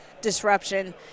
disruption